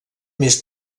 més